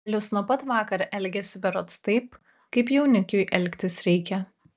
vilius nuo pat vakar elgiasi berods taip kaip jaunikiui elgtis reikia